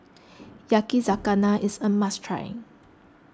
Yakizakana is a must try